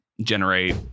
generate